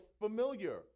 familiar